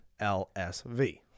lsv